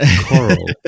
coral